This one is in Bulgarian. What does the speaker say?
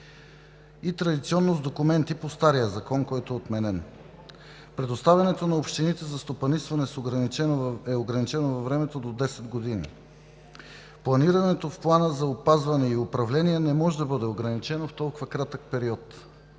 и традиционно с документи по стария закон, който е отменен. Предоставянето на общините за стопанисване е ограничено във времето до 10 години. Планирането в Плана за опазване и управление не може да бъде ограничено в толкова кратък период.